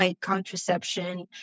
contraception